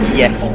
yes